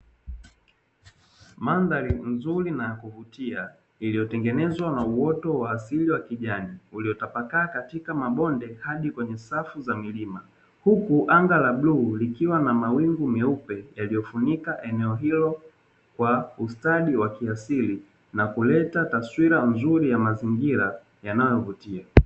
Mandhari nzuri na ya kuvutia niliotengenezwa na wote wa asili wa kijani, uliotapakaa katika mabonde hadi kwenye safu za milima huku anga la buluu likiwa na mawingu meupe, yaliyofunika eneo hilo kwa ustadi wa kiasili na kuleta taswira nzuri ya mazingira yanayovutia.